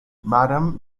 madam